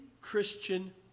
Christian